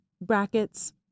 brackets